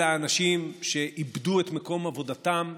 אלא אנשים שאיבדו את מקום עבודתם,